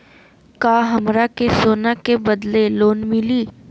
का हमरा के सोना के बदले लोन मिलि?